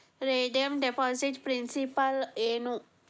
redeem deposit principal ಏನು